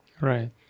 Right